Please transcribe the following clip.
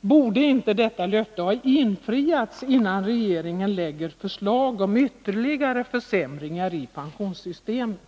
Men borde inte detta löfte hainfriats, innan regeringen lägger fram förslag om ytterligare försämringar i pensionssystemet?